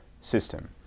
system